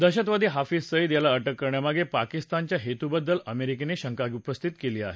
दहशतवादी हाफिझ सईद याला अटक करण्यामागे पाकिस्तानच्या हेतूबद्दल अमेरिकेनं शंका उपस्थित केली आहे